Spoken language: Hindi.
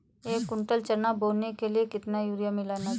एक कुंटल चना बोने के लिए कितना यूरिया मिलाना चाहिये?